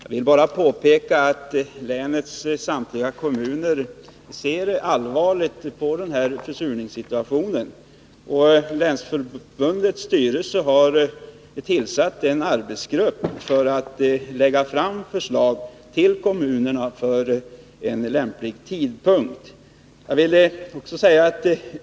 Herr talman! Jag vill bara påpeka att länets samtliga kommuner ser allvarligt på försurningssituationen. Kommunförbundets länsavdelning har tillsatt en arbetsgrupp som skall lägga fram förslag till kommunerna om en lämplig tidpunkt.